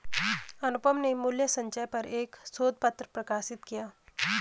अनुपम ने मूल्य संचय पर एक शोध पत्र प्रकाशित किया